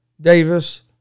Davis